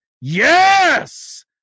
Yes